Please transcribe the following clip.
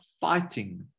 fighting